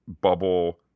bubble